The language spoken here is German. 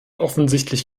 offensichtlich